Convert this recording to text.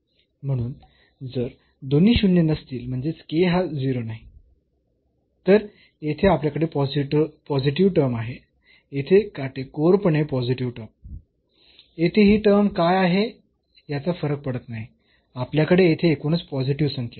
म्हणून जर दोन्ही शून्य नसतील म्हणजेच k हा 0 नाही तर येथे आपल्याकडे पॉझिटिव्ह टर्म आहे येथे काटेकोरपणे पॉझिटिव्ह टर्म येथे ही टर्म काय आहे याचा फरक पडत नाही आपल्याकडे येथे एकूणच पॉझिटिव्ह संख्या आहेत